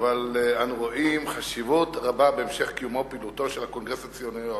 אנו רואים חשיבות רבה בהמשך קיומו ופעילותו של הקונגרס הציוני העולמי.